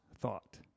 thought